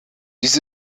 dies